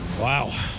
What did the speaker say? Wow